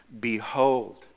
Behold